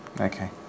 Okay